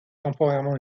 temporairement